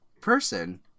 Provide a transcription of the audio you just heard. person